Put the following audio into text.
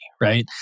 right